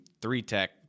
three-tech